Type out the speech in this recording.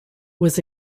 was